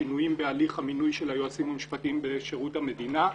שינויים בהליך המינוי של היועצים המשפטיים בשירות המדינה.